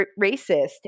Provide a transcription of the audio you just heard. racist